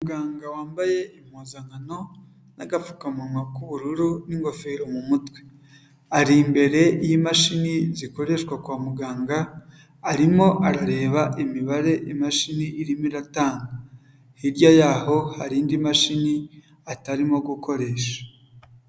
Umuganga wambaye impuzankano n'agapfukamunwa k'ubururu n'ingofero mu mutwe, ari imbere y'imashini zikoreshwa kwa muganga, arimo arareba imibare imashini irimo iratanga, hirya yaho hari indi mashini atarimo gukoresha.